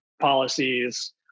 policies